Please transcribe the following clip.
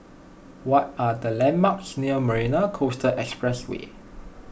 what are the landmarks near Marina Coastal Expressway